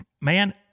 man